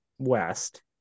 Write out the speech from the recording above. West